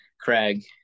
Craig